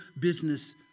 business